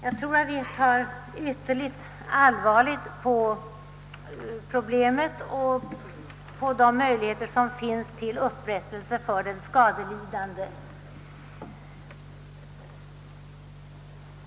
Jag tror att vi tar ytterligt allvarligt på problemet om vilka möjligheter som finns för den skadelidande att utfå skadestånd.